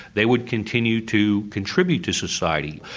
they would continue to contribute to society.